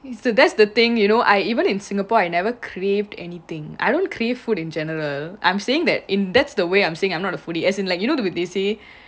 it's the that's the thing you know I even in singapore I never craved anything I don't crave food in general I'm saying that in that's the way I'm saying I'm not a foodie as in like you know the way they say